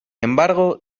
embargo